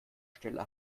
stelle